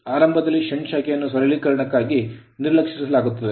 ಆರಂಭದಲ್ಲಿ shunt shunt ಶಾಖೆಯನ್ನು ಸರಳೀಕರಣ ಕ್ಕಾಗಿ ನಿರ್ಲಕ್ಷಿಸಲಾಗುತ್ತದೆ